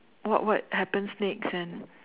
what what happens next and